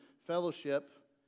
fellowship